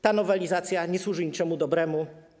Ta nowelizacja nie służy niczemu dobremu.